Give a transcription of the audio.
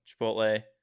Chipotle